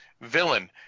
villain